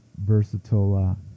versatile